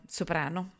soprano